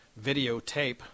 videotape